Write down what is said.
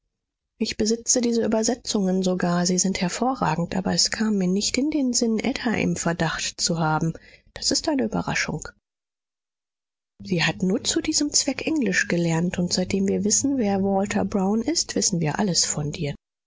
ich besitze diese übersetzungen sogar sie sind hervorragend aber es kam mir nicht in den sinn ada im verdacht zu haben das ist eine überraschung sie hat nur zu diesem zweck englisch gelernt und seitdem wir wissen wer walther brown ist wissen wir alles von dir